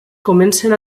comencen